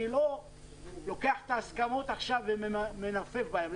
אני לא לוקח את ההסכמות עכשיו ומנופף בהן.